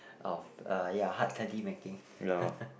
of uh ya hard candy making